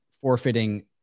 forfeiting